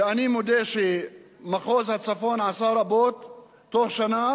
ואני מודה שמחוז הצפון עשה רבות תוך שנה